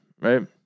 right